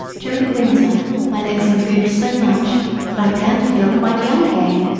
during the winter my legs improved so much that i began to feel quite young again.